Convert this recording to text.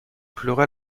pleura